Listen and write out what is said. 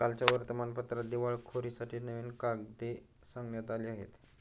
कालच्या वर्तमानपत्रात दिवाळखोरीसाठी नवीन कायदे सांगण्यात आले आहेत